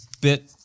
bit